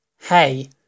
Hey